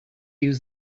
use